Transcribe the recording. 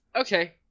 Okay